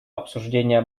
обсуждение